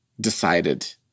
decided